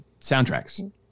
soundtracks